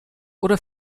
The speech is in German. oder